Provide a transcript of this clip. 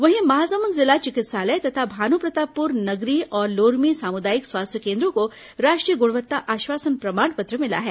वहीं महासमुंद जिला चिकित्सालय तथा भानुप्रतापपुर नगरी और लोरमी सामुदायिक स्वास्थ्य केन्द्रों को राष्ट्रीय गुणवत्ता आश्वासन प्रमाण पत्र मिला है